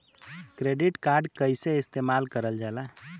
Credit card कईसे इस्तेमाल करल जाला?